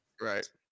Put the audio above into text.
Right